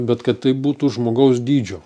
bet kad tai būtų žmogaus dydžio